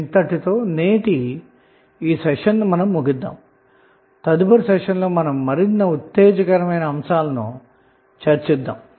ఇంతటితో నేటి ఈ సెషన్ను ముగిద్దాము తదుపరి సెషన్లో మరిన్ని ఉత్తేజకరమైన అంశాలను చర్చిద్దాము